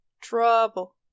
Trouble